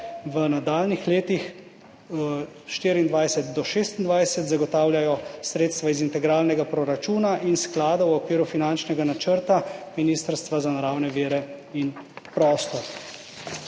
v nadaljnjih letih od 2024 do 2026 zagotavljajo sredstva iz integralnega proračuna in sklada v okviru finančnega načrta Ministrstva za naravne vire in prostor.